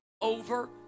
over